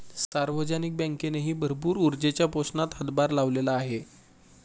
सार्वजनिक बँकेनेही भरपूर ऊर्जेच्या पोषणात हातभार लावलेला आहे